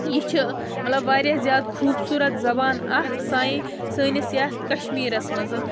یہِ چھِ مطلب واریاہ زیادٕ خوٗبصوٗرت زَبان اَکھ سانہِ سٲنِس یَتھ کَشمیٖرَس منٛز